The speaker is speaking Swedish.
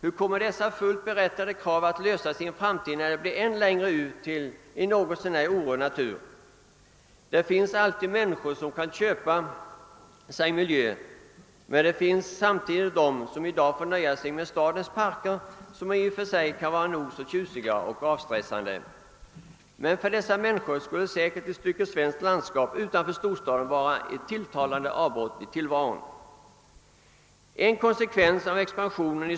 Hur kommer dessa fullt berättigade krav att tillgodoses i en framtid när det blir än längre ut till något så när orörd natur? Det finns alltid människor som kan köpa sig en lämplig miljö, medan andra får nöja sig med stadens parker, som i och för sig kan vara nog så tjusiga och avstressande. För dessa människor skulle säkert ett stycke svenskt landskap utanför storstaden vara ett tilltalande avbrott i tillvaron.